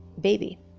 baby